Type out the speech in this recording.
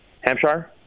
Hampshire